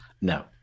No